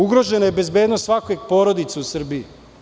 Ugrožena je bezbednost svake porodice u Srbiji.